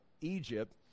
Egypt